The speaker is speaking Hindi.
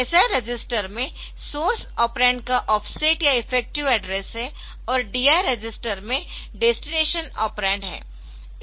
SI रजिस्टर में सोर्स ऑपरेंड का ऑफसेट या इफेक्टिव एड्रेस है और DI रजिस्टर में डेस्टिनेशन ऑपरेंड है